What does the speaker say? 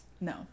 No